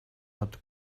hat